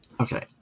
Okay